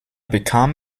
bekam